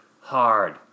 hard